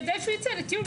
כדי שהוא יצא לטיול,